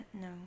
no